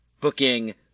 booking